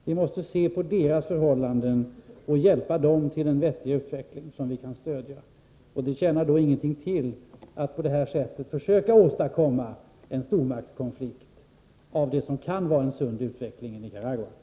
Vi måste se på deras förhållanden och hjälpa dem till en vettig utveckling, som vi kan stödja. Det tjänar då ingenting till att på det här sättet försöka åstadkomma en stormaktskonflikt av det som kan vara en sund utveckling i Nicaragua.